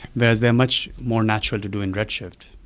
whereas they're much more natural to do in redshift.